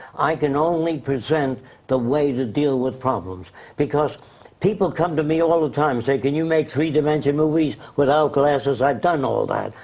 i can only present the way to deal with problems because people come to me all the time, say can you make three dimensional movies without glasses? i've done all that.